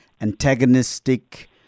antagonistic